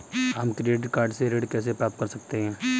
हम credit card से ऋण कैसे प्राप्त कर सकते हैं?